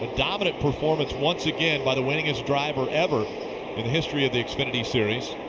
dominant performance once again by the winningest driver ever in the history of the xfinity series.